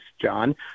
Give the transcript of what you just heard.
John